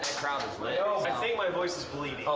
crowd was lit. i think my voice is bleeding.